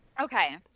Okay